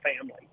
family